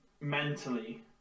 mentally